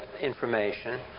information